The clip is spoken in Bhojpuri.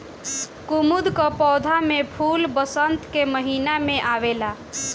कुमुद कअ पौधा में फूल वसंत के महिना में आवेला